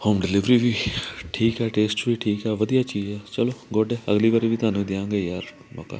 home delivery ਵੀ ਠੀਕ ਆ ਟੇਸਟ ਵੀ ਠੀਕ ਆ ਵਧੀਆ ਚੀਜ਼ ਹੈ ਚਲੋ ਗੁੱਡ ਹੈ ਅਗਲੀ ਵਾਰੀ ਵੀ ਤੁਹਾਨੂੰ ਹੀ ਦਿਆਂਗੇ ਯਾਰ ਮੌਕਾ